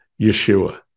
Yeshua